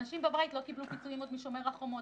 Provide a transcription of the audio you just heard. אנשים בבית לא קיבלו פיצוי משומר החומות.